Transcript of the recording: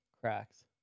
cracks